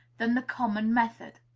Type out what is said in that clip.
than the common method.